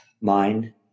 mind